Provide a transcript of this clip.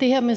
det her med